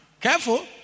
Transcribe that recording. Careful